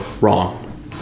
wrong